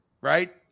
right